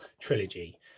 trilogy